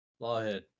Lawhead